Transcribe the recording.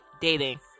dating